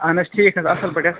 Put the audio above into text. اَہَن حظ ٹھیٖک حظ اصٕل پٲٹھۍ